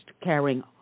carrying